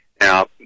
Now